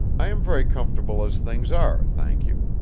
i am very comfortable as things are, thank you.